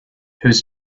whose